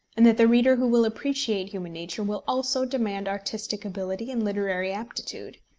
and that the reader who will appreciate human nature will also demand artistic ability and literary aptitude.